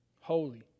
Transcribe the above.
holy